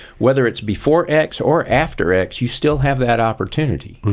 whether it's before x or after x, you still have that opportunity.